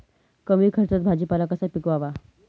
कमी खर्चात भाजीपाला कसा पिकवावा?